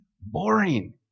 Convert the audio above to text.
boring